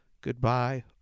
Goodbye